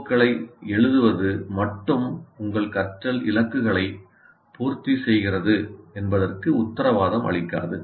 CO களை எழுதுவது மட்டும் உங்கள் கற்றல் இலக்குகளை பூர்த்தி செய்கிறது என்பதற்கு உத்தரவாதம் அளிக்காது